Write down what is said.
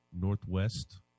northwest